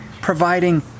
providing